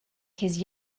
his